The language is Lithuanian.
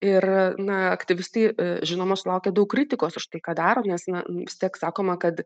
ir na aktyvistai žinoma sulaukia daug kritikos už tai ką daro nes vis tik sakoma kad